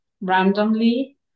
randomly